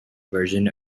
version